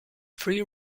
free